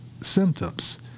symptoms